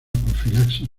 profilaxis